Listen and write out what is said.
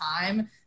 time